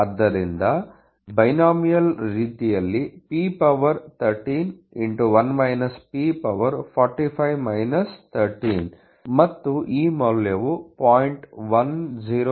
ಆದ್ದರಿಂದ ದ್ವಿಪದ ರೀತಿಯಲ್ಲಿ p13 ಮತ್ತು ಈ ಮೌಲ್ಯವು 0